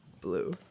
Blue